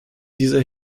dieser